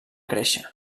créixer